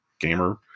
gamer